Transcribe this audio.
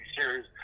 series